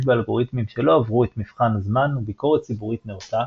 באלגוריתמים שלא עברו את מבחן הזמן וביקורת ציבורית נאותה